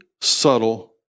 subtle